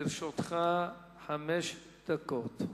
לרשותך חמש דקות.